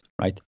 right